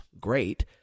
Great